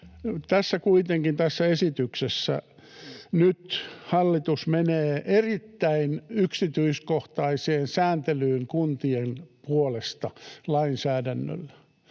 Tässä esityksessä kuitenkin nyt hallitus menee erittäin yksityiskohtaiseen sääntelyyn kuntien puolesta lainsäädännöllä.